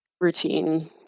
routine